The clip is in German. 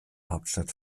hauptstadt